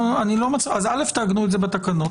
תעגנו את זה בתקנות.